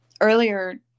Earlier